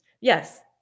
Yes